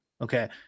okay